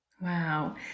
Wow